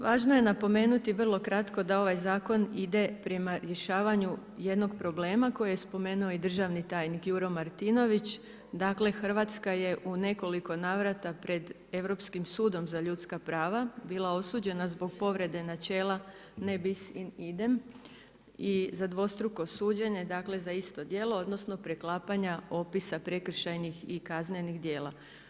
Važno je napomenuti vrlo kratko da ovaj zakon ide prema rješavanju jednog problema kojeg je spomenuo i državni tajnik Juro Martinović, dakle Hrvatska je u nekoliko navrata pred Europskim sudom za ljudska prava bila osuđena zbog povrede načela … i za dvostruko suđenje, dakle za isto djelo, odnosno preklapanja opisa prekršajnih i kaznenih djela.